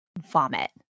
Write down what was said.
Vomit